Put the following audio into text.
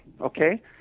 Okay